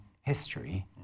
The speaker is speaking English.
history